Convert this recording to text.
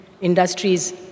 industries